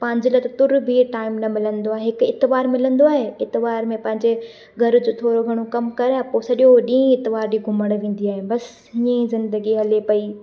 पंहिंजे लाइ त तुर बि टाइम न मिलंदो आहे हिकु इतवार मिलंदो आहे इतवार में पंहिंजे घर जो थोरो घणो कमु करियां पोइ सॼो ॾीहुं इतवार जो घुमणु वेंदी आहियां बसि इअं ई ज़िंदगी हले पेई